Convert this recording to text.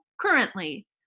currently